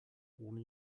ohne